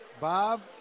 Bob